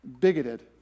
Bigoted